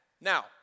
Now